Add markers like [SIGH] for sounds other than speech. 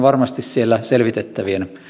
[UNINTELLIGIBLE] varmasti siellä selvitettävien